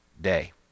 day